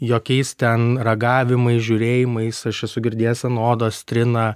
jokiais ten ragavimais žiūrėjimais aš esu girdėjęs ant odos trina